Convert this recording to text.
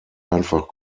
einfach